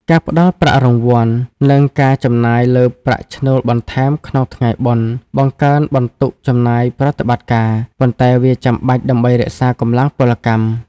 ការផ្តល់ប្រាក់រង្វាន់ និងការចំណាយលើប្រាក់ឈ្នួលបន្ថែមក្នុងថ្ងៃបុណ្យ បង្កើនបន្ទុកចំណាយប្រតិបត្តិការ ប៉ុន្តែវាចាំបាច់ដើម្បីរក្សាកម្លាំងពលកម្ម។